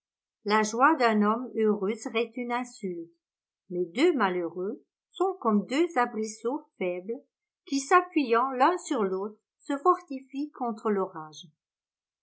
la joie d'un homme heureux serait une insulte mais deux malheureux sont comme deux arbrisseaux faibles qui s'appuyant l'un sur l'autre se fortifient contre l'orage